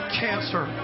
cancer